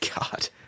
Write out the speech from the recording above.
God